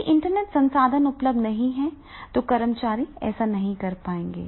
यदि इंटरनेट संसाधन उपलब्ध नहीं हैं तो कर्मचारी ऐसा नहीं कर पाएंगे